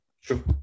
Sure